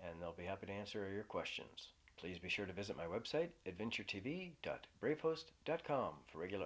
and they'll be happy to answer your questions please be sure to visit my website adventure t v dot brave host dot com for regular